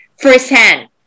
firsthand